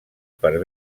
per